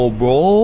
bro